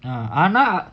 ஆனால்:aanal